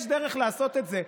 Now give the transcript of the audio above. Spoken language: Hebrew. יש דרך לעשות את זה,